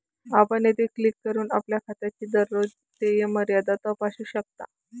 आपण येथे क्लिक करून आपल्या खात्याची दररोज देय मर्यादा तपासू शकता